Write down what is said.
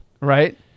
Right